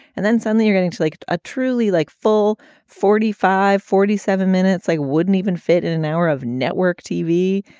and then suddenly you're getting to like a truly like full forty five, forty seven minutes, like wouldn't even fit in an hour of network tv.